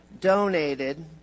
donated